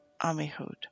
Amihud